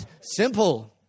Simple